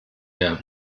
der